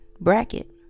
bracket